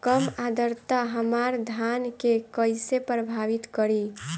कम आद्रता हमार धान के कइसे प्रभावित करी?